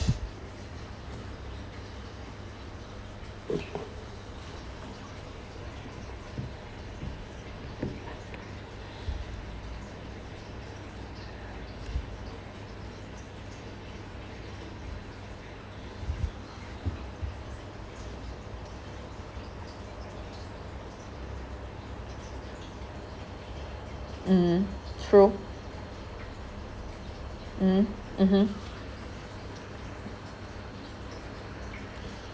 mm true mm mmhmm